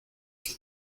que